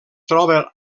troba